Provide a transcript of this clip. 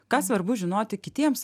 ką svarbu žinoti kitiems